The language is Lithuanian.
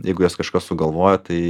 jeigu jas kažkas sugalvojo tai